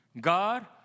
God